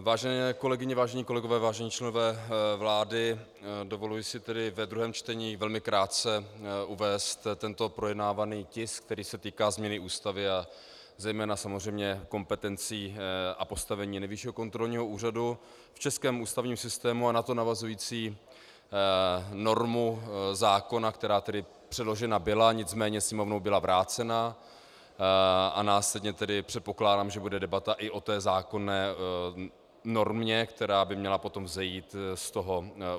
Vážené kolegyně, vážení kolegové, vážení členové vlády, dovoluji si ve druhém čtení velmi krátce uvést tento projednávaný tisk, který se týká změny Ústavy a zejména kompetencí a postavení Nejvyššího kontrolního úřadu v českém ústavním systému, a na to navazující normu zákona, která předložena byla, nicméně Sněmovnou byla vrácena, a následně tedy předpokládám, že bude debata i o té zákonné normě, která by měla potom vzejít z